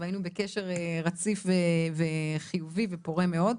והיינו בקשר רציף וחיובי ופורה מאוד,